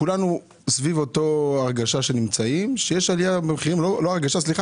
כולנו סביב אותה הרגשה לא הרגשה אלא